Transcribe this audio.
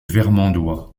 vermandois